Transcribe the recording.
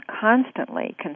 constantly